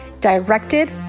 directed